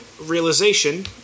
realization